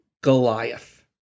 Goliath